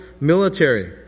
military